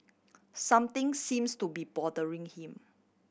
something seems to be bothering him